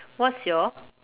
what's your